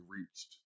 reached